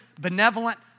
benevolent